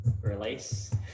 release